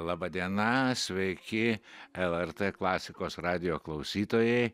laba diena sveiki lrt klasikos radijo klausytojai